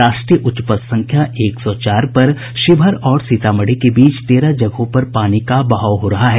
राष्ट्रीय उच्च पथ संख्या एक सौ चार पर शिवहर और सीतामढ़ी के बीच तेरह जगहों पर पानी का बहाव हो रहा है